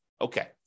Okay